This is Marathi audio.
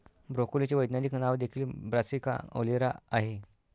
ब्रोकोलीचे वैज्ञानिक नाव देखील ब्रासिका ओलेरा आहे